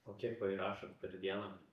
o kiek va įrašot per dieną